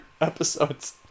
episodes